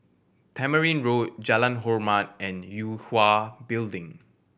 Tamarind Road Jalan Hormat and Yue Hwa Building